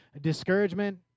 discouragement